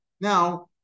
Now